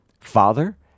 Father